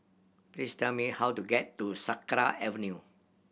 please tell me how to get to Sakra Avenue